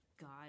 God